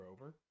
over